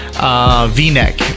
v-neck